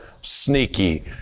sneaky